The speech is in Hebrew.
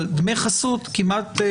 אבל דמי חסות כמעט,